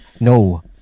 No